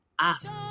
ask